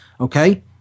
okay